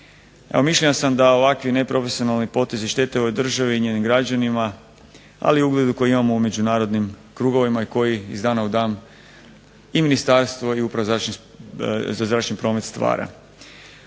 Mišljenja sam da ovakvi neprofesionalni potezi štete ovoj državi i njenim građanima, ali i ugledu koji imamo u međunarodnim krugovima i koji iz dana u dan i ministarstvo i Uprava za zračni promet stvara.